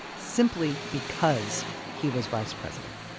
simply because he was vice president